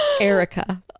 Erica